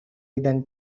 than